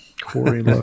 Corey